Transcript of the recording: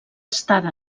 estada